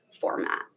format